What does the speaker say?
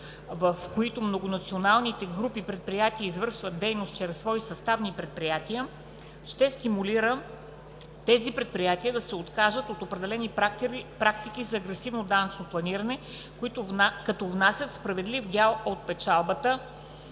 в които многонационалните групи предприятия извършват дейност чрез свои съставни предприятия, ще стимулира тези предприятия да се откажат от определени практики за агресивно данъчно планиране, като внасят справедлив дял от печалбата